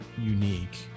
unique